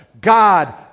God